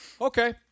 okay